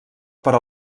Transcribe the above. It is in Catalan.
per